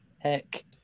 Heck